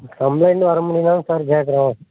complaint வர்றமுன்னியுந்தான் sir கேட்குறேன்